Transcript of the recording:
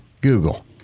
Google